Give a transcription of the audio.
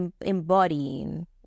embodying